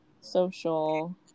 social